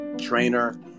Trainer